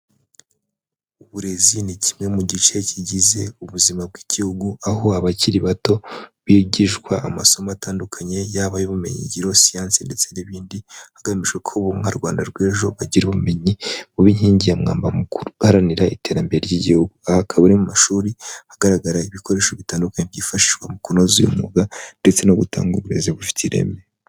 Uburezi ni kimwe mu gice kigize ubuzima bw'Igihugu aho abakiri bato bigishwa amasomo atandukanye yaba ay'ubumenyigiro, siyansi ndetse n'ibindi, hagamije ko bo nka Rwanda rw'ejo bagira ubumenyi buba inkingi ya mwamba mu guharanira iterambere ry'Igihugu. Aha akaba ari mu mashuri ahagaragara ibikoresho bitandukanye byifashishwa mu kunoza uyu umwuga ndetse no gutanga uburezi bufite ireme.